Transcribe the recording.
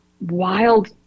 wild